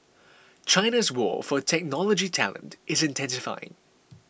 China's war for technology talent is intensifying